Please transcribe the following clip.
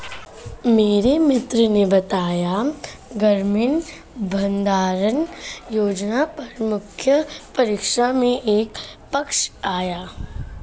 मेरे मित्र ने बताया ग्रामीण भंडारण योजना पर मुख्य परीक्षा में एक प्रश्न आया